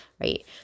right